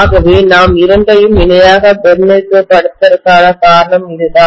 ஆகவே நாம் இரண்டையும் இணையாக பிரதிநிதித்துவப்படுத்துவதற்கான காரணம் இதுதான்